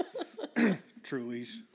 Trulies